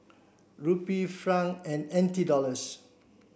Rupee Franc and N T Dollars